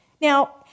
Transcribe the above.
Now